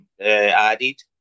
added